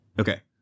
Okay